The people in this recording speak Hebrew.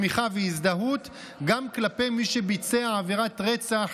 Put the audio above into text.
תמיכה והזדהות גם כלפי מי שביצע עבירת רצח,